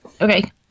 okay